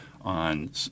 on